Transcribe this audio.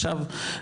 עכשיו,